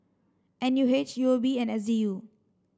N U H U O B and S Z U